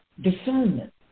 discernment